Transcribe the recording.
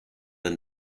and